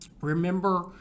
remember